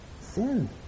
Sin